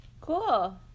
cool